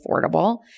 affordable